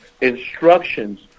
instructions